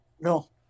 No